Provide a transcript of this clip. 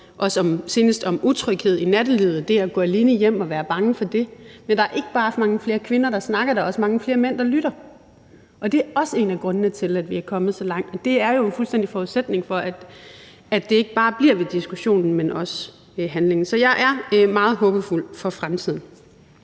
senest om utryghed i nattelivet og det at gå alene hjem og være bange for det. Men der er ikke bare mange flere kvinder, der snakker, men der er også mange flere mænd, der lytter, og det er også en af grundene til, at vi er kommet så langt, og det er jo fuldstændig en forudsætning for, at det ikke bare bliver ved diskussionen, men at der også er handling. Så jeg er meget håbefuld for fremtiden.